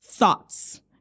thoughts